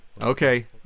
Okay